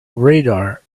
radar